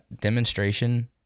demonstration